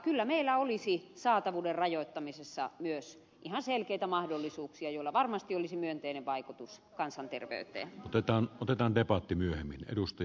kyllä meillä olisi saatavuuden rajoittamisessa myös ihan selkeitä mahdollisuuksia joilla varmasti olisi myönteinen vaikutus kansanterveyteen otetaan otetaan debatti myöhemmin edusti